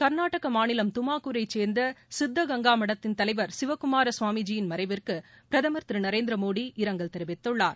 கர்நாடக மாநிலம் துமாகூரை சேர்ந்த சித்த கங்கா மடத்தின் தலைவர் சிவக்குமார கவாமிஜி யின் மறைவிற்கு பிரதமர் திரு நரேந்திரமோடி இரங்கல் தெரிவித்துள்ளார்